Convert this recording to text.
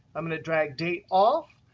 i'm going to drag date off,